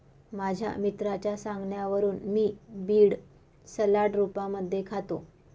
माझ्या मित्राच्या सांगण्यावरून मी बीड सलाड रूपामध्ये खातो